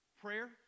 prayer